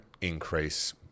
increase